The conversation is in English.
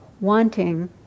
wanting